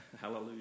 hallelujah